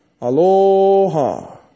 Aloha